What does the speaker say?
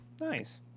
Nice